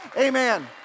amen